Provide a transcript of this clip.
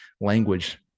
language